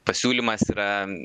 pasiūlymas yra